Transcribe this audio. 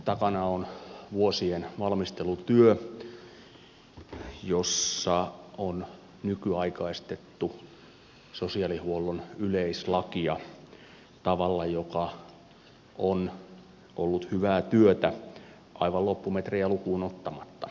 takana on vuosien valmistelutyö jossa on nykyaikaistettu sosiaalihuollon yleislakia tavalla joka on ollut hyvää työtä aivan loppumetrejä lukuun ottamatta